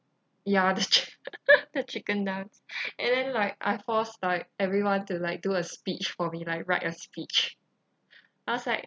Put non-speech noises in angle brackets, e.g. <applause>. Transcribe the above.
ya the chi~ <laughs> the chicken dance and then like I forced like everyone to like do a speech for me like write a speech I was like